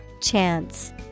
Chance